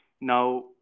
Now